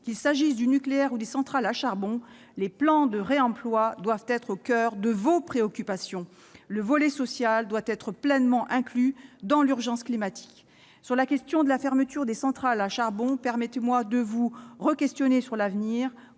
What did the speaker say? qu'il s'agisse du nucléaire ou des centrales à charbon, les plans de réemploi doivent être au coeur de ses préoccupations. Le volet social doit être pleinement inclus dans l'urgence climatique. Sur la question de la fermeture des centrales à charbon, permettez-moi de vous interroger de nouveau sur l'avenir